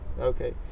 okay